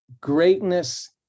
greatness